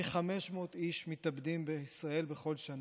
כ-500 איש מתאבדים בישראל בכל שנה,